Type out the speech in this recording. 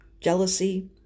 jealousy